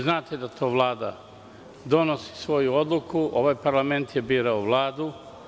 Znate da Vlada donosi svoju odluku, a ovaj parlament je birao Vladu.